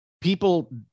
people